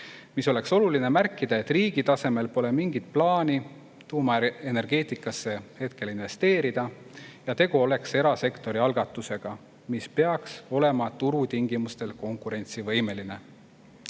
Oleks oluline märkida, et riigi tasemel pole mingit plaani tuumaenergeetikasse hetkel investeerida ja tegu oleks erasektori algatusega, mis peaks olema turutingimustel konkurentsivõimeline.